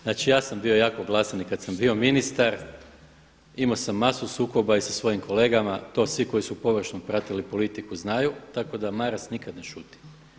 Znači ja sam bio jako glasan i kada sam bio ministar, imao sam masu sukoba i sa svojim kolegama, to svi koji su površno pratili politiku znaju tako da Maras nikad ne šuti.